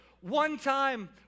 one-time